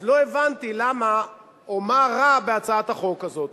אז לא הבנתי למה או מה רע בהצעת החוק הזאת.